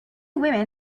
women